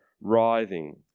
writhing